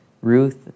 Ruth